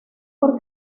por